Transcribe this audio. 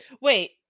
wait